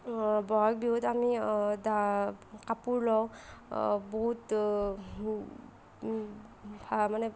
বহাগ বিহুত আমি ডা কাপোৰ লওঁ বহুত মানে